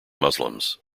muslims